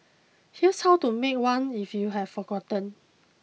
here's how to make one if you have forgotten